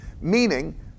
meaning